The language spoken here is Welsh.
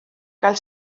gael